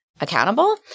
accountable